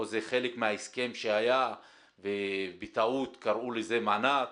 או זה חלק מההסכם שהיה ובטעות קראו לזה מענק